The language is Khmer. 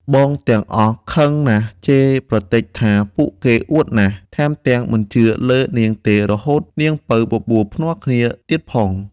បងទាំងអស់ខឹងណាស់ជេរប្រទេចថា ពួកគេអួតណាស់ ថែមទាំងមិនជឿលើនាងទេរហូតនាងពៅបបួល ភ្នាល់គ្នាទៀតផង។